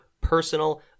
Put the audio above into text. personal